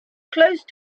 close